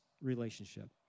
relationship